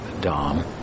dom